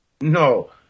No